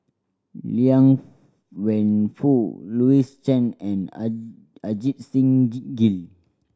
Liang Wenfu Louis Chen and Ajit Singh Gill